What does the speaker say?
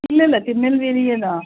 இல்லை இல்லை திருநெல்வேலியே தான்